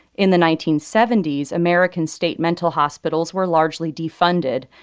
in the nineteen seventy s, american state mental hospitals were largely defunded,